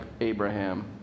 Abraham